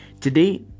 Today